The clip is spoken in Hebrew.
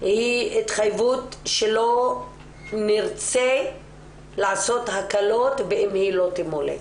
היא התחייבות שלא נרצה לעשות בה הקלות באם היא לא תמולא.